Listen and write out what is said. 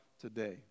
today